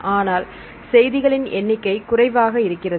ஆனால் செய்திகளின் எண்ணிக்கை குறைவாக இருக்கிறது